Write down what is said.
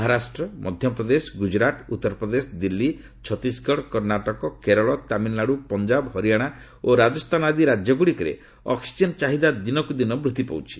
ମହାରାଷ୍ଟ୍ର ମଧ୍ୟପ୍ରଦେଶ ଗୁଜୁରାଟ ଉତ୍ତରପ୍ରଦେଶ ଦିଲ୍ଲୀ ଛତିଶଗଡ କର୍ଣ୍ଣାଟକ କେରଳ ତାମିଲନାଡ଼ୁ ପଞ୍ଜାବ ହରିୟାଣା ଓ ରାଜସ୍ତାନ ଆଦି ରାଜ୍ୟ ଗୁଡ଼ିକରେ ଅକ୍ଟିଜେନ୍ ଚାହିଦା ଦିନକୁଦିନ ବୃଦ୍ଧି ପାଉଛି